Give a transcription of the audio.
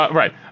right